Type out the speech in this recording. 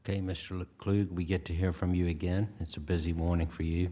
clue we get to hear from you again it's a busy morning for you